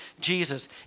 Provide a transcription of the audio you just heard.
Jesus